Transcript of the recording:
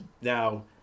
now